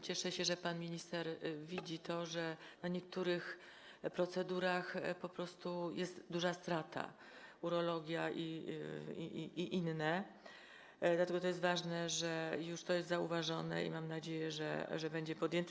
Cieszę się, że pan minister widzi to, iż na niektórych procedurach po prostu jest duża strata, urologia i inne, dlatego jest ważne to, że już to zostało zauważone, i mam nadzieję, że będzie podjęte.